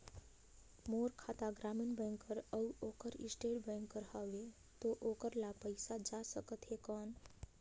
मोर खाता ग्रामीण बैंक कर अउ ओकर स्टेट बैंक कर हावेय तो ओकर ला पइसा जा सकत हे कौन?